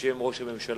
בשם ראש הממשלה.